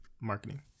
marketing